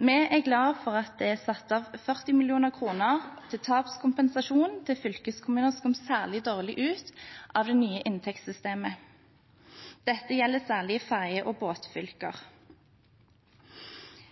Vi er glade for at det er satt av 40 mill. kr til tapskompensasjon til fylkeskommuner som kom særlig dårlig ut av det nye inntektssystemet. Dette gjelder særlig ferje- og båtfylker.